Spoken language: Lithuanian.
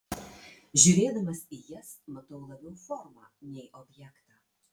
žiūrėdamas į jas matau labiau formą nei objektą